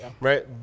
right